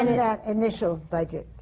and that initial budget,